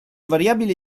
variabile